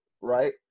right